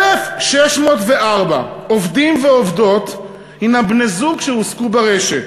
1,604 עובדים ועובדות הם בני-זוג שהועסקו ברשת,